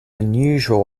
unusual